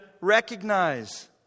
recognize